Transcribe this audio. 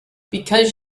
because